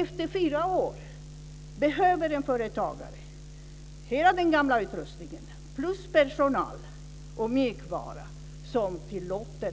Efter fyra år behöver alltså en företagare hela den gamla utrustningen plus personal och mjukvara som tillåter